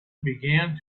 began